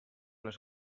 les